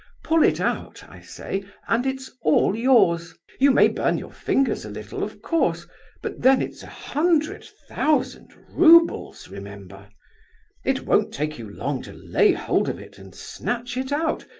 pull it out, i say, and it's all yours. you may burn your fingers a little, of course but then it's a hundred thousand roubles, remember it won't take you long to lay hold of it and snatch it out.